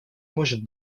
может